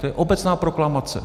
To je obecná proklamace.